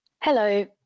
Hello